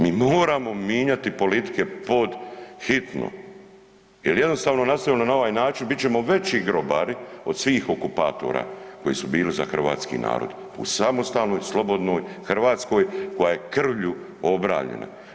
Mi moramo minjati politike pod hitno jel jednostavno nastavimo li na ovaj način bit ćemo veći grobari od svih okupatora koji su bili za hrvatski narod u samostalnoj slobodnoj Hrvatskoj koja je krvlju obranjena.